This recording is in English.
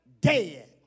dead